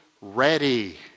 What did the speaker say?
ready